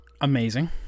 amazing